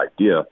idea